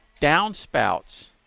downspouts